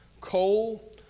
Coal